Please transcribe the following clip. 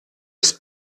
des